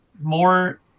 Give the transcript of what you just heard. more